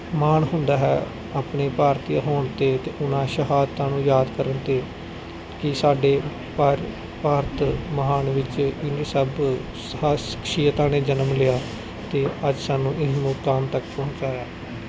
ਮਾਣ ਹੁੰਦਾ ਹੈ ਆਪਣੇ ਭਾਰਤੀਏ ਹੋਣ 'ਤੇ ਅਤੇ ਉਹਨਾਂ ਸ਼ਹਾਦਤਾਂ ਨੂੰ ਯਾਦ ਕਰਨ 'ਤੇ ਕਿ ਸਾਡੇ ਭਾਰ ਭਾਰਤ ਮਹਾਨ ਵਿੱਚ ਇਨ ਸਭ ਸ ਖਾਸ ਸ਼ਖਸ਼ੀਅਤਾਂ ਨੇ ਜਨਮ ਲਿਆ ਅਤੇ ਅੱਜ ਸਾਨੂੰ ਇਹ ਮੁਕਾਮ ਤੱਕ ਪਹੁੰਚਾਇਆ